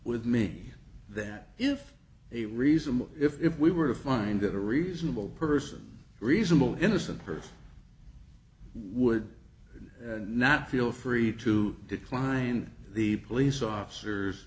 with me that if a reasonable if we were to find a reasonable person reasonable innocent person would not feel free to decline the police officers